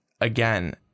again